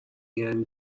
یعنی